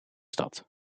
stad